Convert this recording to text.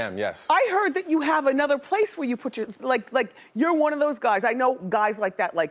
um yes. i heard that you have another place where you put, like like you're one of those guys, i know guys like that, like